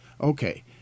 okay